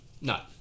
No